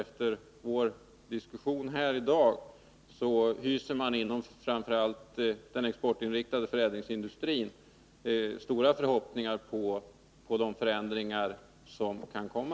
Efter vår diskussion i dag är jag övertygad om att man inom den exportinriktade förädlingsindustrin hyser stora förhoppningar på de förändringar som kan komma.